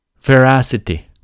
veracity